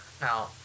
Now